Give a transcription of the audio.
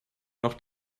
noch